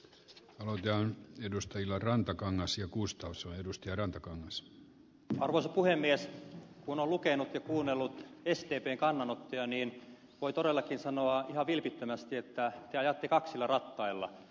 kun on ojaan edustajille rantakangas ja kuustosen edustaja rantakangas narvassa puhemies huono lukenut ja kuunnellut sdpn kannanottoja voi todellakin sanoa ihan vilpittömästi että te ajatte kaksilla rattailla